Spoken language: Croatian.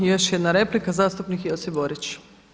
I još jedna replika, zastupnik Josip Borić.